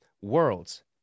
Worlds